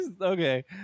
Okay